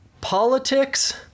politics